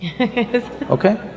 Okay